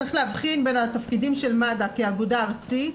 צריך להבחין בין התפקידים של מד"א כאגודה ארצית,